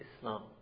Islam